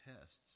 tests